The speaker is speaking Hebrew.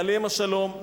עליהם השלום,